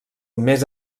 més